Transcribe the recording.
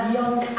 young